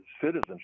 citizenship